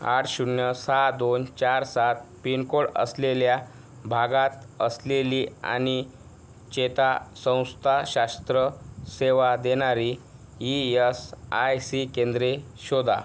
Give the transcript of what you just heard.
आठ शून्य सहा दोन चार सात पिनकोड असलेल्या भागात असलेली आणि चेतासंस्थाशास्त्र सेवा देणारी ई एस आय सी केंद्रे शोधा